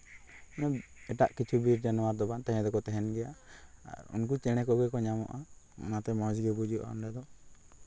ᱮᱴᱟᱜ ᱠᱤᱪᱷᱩ ᱵᱤᱨ ᱡᱟᱱᱣᱟᱨ ᱫᱚ ᱵᱟᱝ ᱛᱟᱦᱮᱸ ᱫᱚᱠᱚ ᱛᱟᱦᱮᱱ ᱜᱮᱭᱟ ᱩᱱᱠᱩ ᱪᱮᱬᱮ ᱠᱚᱜᱮ ᱠᱚ ᱧᱟᱢᱚᱜᱼᱟ ᱚᱱᱟᱛᱮ ᱢᱚᱡᱽ ᱜᱮ ᱵᱩᱡᱩᱜᱼᱟ ᱚᱸᱰᱮ ᱫᱚ